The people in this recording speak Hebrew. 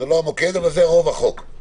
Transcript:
זה לא המוקד אבל זה רוב הצעת החוק,